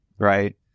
right